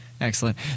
Excellent